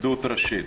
עדות ראשית.